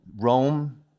Rome